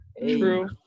True